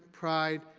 pride,